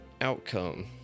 outcome